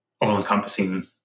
all-encompassing